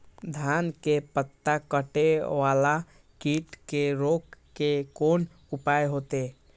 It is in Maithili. धान के पत्ता कटे वाला कीट के रोक के कोन उपाय होते?